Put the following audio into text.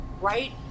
Right